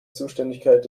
zuständigkeit